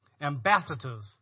ambassadors